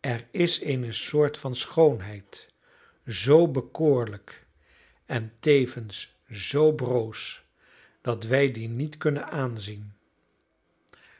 er is eene soort van schoonheid zoo bekoorlijk en tevens zoo broos dat wij die niet kunnen aanzien